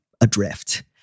adrift